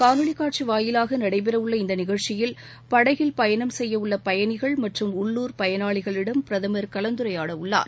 காணொலி காட்சி வாயிலாக நடைபெற உள்ள இந்த நிகழ்ச்சியில் படகில் பயணம் செய்ய உள்ள பயணிகள் மற்றும் உள்ளூர் பயனாளிகளிடம் பிரதமர் கலந்துரையாட உள்ளார்